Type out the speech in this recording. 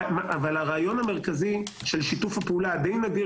אבל הרעיון המרכזי של שיתוף הפעולה הדי נדיר